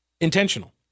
intentional